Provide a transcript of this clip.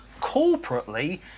corporately